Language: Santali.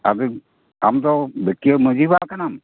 ᱟᱫᱚ ᱟᱢ ᱫᱚ ᱵᱮᱠᱤᱭᱟᱹ ᱢᱟᱺᱡᱷᱤ ᱵᱟᱵᱟ ᱠᱟᱱᱟᱢ